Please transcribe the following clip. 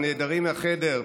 הנעדרים מהחדר,